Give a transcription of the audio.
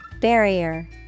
Barrier